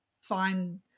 find